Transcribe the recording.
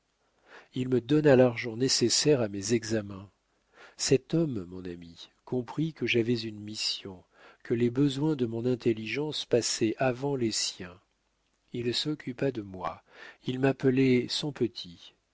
il me donna l'argent nécessaire à mes examens cet homme mon ami comprit que j'avais une mission que les besoins de mon intelligence passaient avant les siens il s'occupa de moi il m'appelait son petit